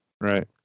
right